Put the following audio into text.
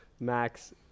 Max